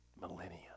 millennia